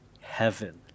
heaven